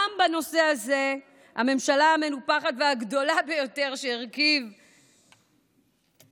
גם בנושא הזה הממשלה המנופחת הגדולה ביותר שהרכיב נתניהו,